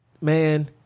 Man